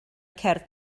cerdd